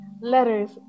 letters